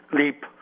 leap